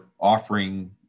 offering